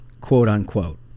quote-unquote